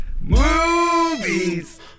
movies